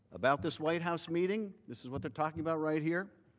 about this white house meeting. this is what they are talking about right here.